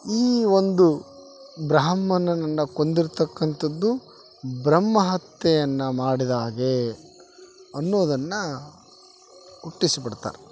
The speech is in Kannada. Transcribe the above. ಈ ಒಂದು ಬ್ರಾಹ್ಮಣನ ಕೊಂದಿರ್ತಕ್ಕಂಥದ್ದು ಬ್ರಹ್ಮ ಹತ್ಯೆಯನ್ನ ಮಾಡಿದಾಗೆ ಅನ್ನೋದನ್ನ ಹುಟ್ಟಿಸಿ ಬಿಡ್ತಾರ